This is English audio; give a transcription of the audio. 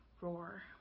roar